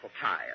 tired